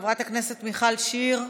חברת הכנסת מיכל שיר,